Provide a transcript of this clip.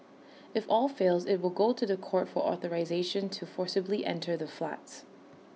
if all fails IT will go to The Court for authorisation to forcibly enter the flats